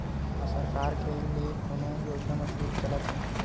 का सरकार के ले कोनो योजना म छुट चलत हे?